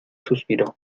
suspiró